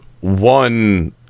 one